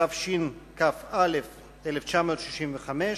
התשכ"ה 1965,